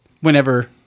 Whenever